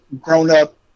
grown-up